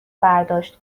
برداشت